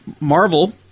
Marvel